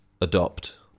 adopt